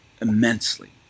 immensely